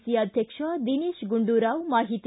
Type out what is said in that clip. C ಅಧ್ಯಕ್ಷ ದಿನೇತ ಗುಂಡುರಾವ್ ಮಾಹಿತಿ